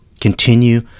continue